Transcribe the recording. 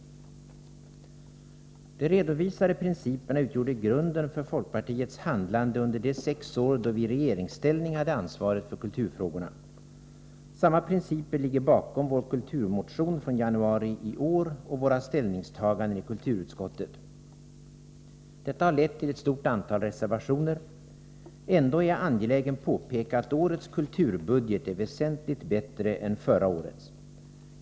De redovisade principerna utgjorde grunden för folkpartiets handlande under de sex år då vi i regeringsställning hade ansvaret för kulturfrågorna. Samma principer ligger bakom vår kulturmotion från januari i år och våra ställningstaganden i kulturutskottet. Detta har lett till ett stort antal reservationer. Ändå är jag angelägen om att påpeka att årets kulturbudget är väsentligt bättre än förra årets.